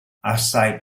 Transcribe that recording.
assai